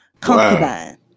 concubine